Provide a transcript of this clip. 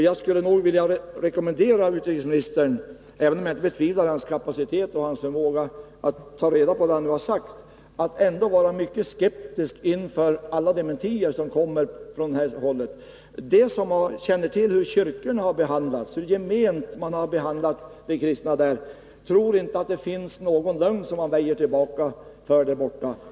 Jag skulle nog vilja rekommendera utrikesministern, även om jag inte betvivlar hans kapacitet och hans förmåga att ta reda på sådana uppgifter som han nu lämnat, att vara mycket skeptisk inför alla dementier som kommer från det här hållet. Den som känner till hur kyrkorna har behandlats, hur gement man har behandlat de kristna i dessa länder, tror inte att det finns någon lögn som man väjer för där borta.